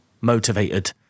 motivated